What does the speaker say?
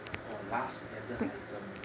oh last added item